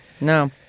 No